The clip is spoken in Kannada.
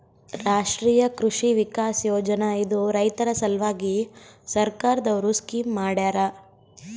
ರಾಷ್ಟ್ರೀಯ ಕೃಷಿ ವಿಕಾಸ್ ಯೋಜನಾ ಇದು ರೈತರ ಸಲ್ವಾಗಿ ಸರ್ಕಾರ್ ದವ್ರು ಸ್ಕೀಮ್ ಮಾಡ್ಯಾರ